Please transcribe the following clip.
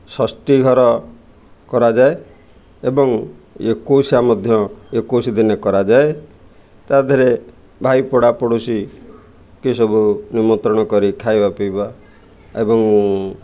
ଷଷ୍ଠୀ ଘର କରାଯାଏ ଏବଂ ଏକୋଇଶିଆ ମଧ୍ୟ ଏକୋଇଶ ଦିନେ କରାଯାଏ ତା' ଦେହରେ ଭାଇ ପଡ଼ା ପଡ଼ୋଶୀକୁ ସବୁ ନିମନ୍ତ୍ରଣ କରି ଖାଇବା ପିଇବା ଏବଂ